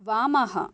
वामः